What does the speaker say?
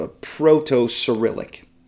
proto-Cyrillic